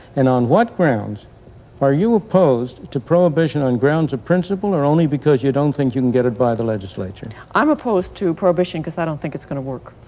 and on what grounds are you opposed to prohibition, on grounds of principle or only because you don't think you can get it by the legislature? claybrook i'm opposed to prohibition because i don't think it's gonna work.